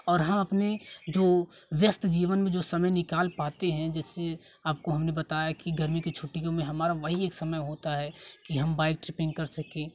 और हम अपने जो व्यस्त जीवन में जो समय निकाल पाते हैं जैसे आपको हमने बताया कि गर्मी की छुट्टियों में हमारा वही एक समय होता है कि हम बाइक ट्रिपिंग कर सके